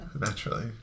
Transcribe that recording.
naturally